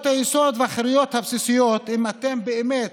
היסוד והחירויות הבסיסיות" אם אתם באמת